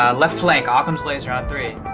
ah left flank. ah occam's laser on three?